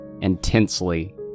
intensely